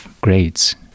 grades